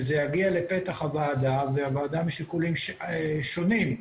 וזה יגיע לפתח הוועדה שמשיקולים שונים,